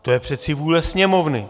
To je přece vůle Sněmovny.